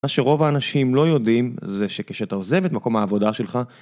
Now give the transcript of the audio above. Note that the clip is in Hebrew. מה שרוב האנשים לא יודעים זה שכשאתה עוזב את מקום העבודה שלך